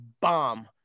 bomb